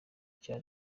icyo